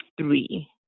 three